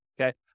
Okay